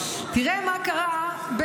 תראה מה קרה,